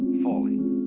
falling